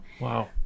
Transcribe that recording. Wow